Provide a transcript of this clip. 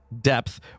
depth